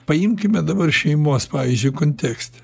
paimkime dabar šeimos pavyzdžiui kontekste